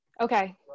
Okay